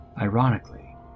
ironically